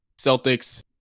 Celtics